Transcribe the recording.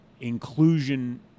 inclusion